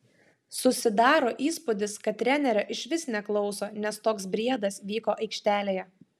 susidaro įspūdis kad trenerio išvis neklauso nes toks briedas vyko aikštelėje